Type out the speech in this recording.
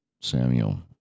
Samuel